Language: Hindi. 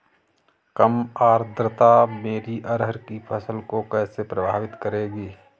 कम आर्द्रता मेरी अरहर की फसल को कैसे प्रभावित करेगी?